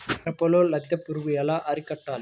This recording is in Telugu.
మిరపలో లద్దె పురుగు ఎలా అరికట్టాలి?